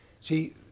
See